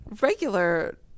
Regular